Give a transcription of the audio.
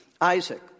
Isaac